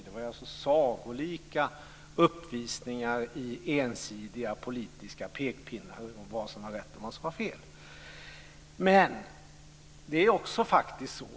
Det var sagolika uppvisningar i ensidiga politiska pekpinnar när det gällde vad som var rätt och vad som var fel.